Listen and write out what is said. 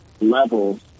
levels